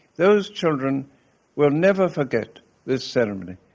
those children will never forget this ceremony.